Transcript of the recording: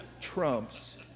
trumps